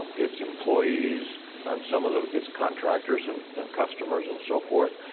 its employees and some of ah its contractors and and customers and so forth.